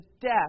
death